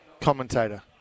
commentator